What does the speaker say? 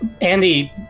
Andy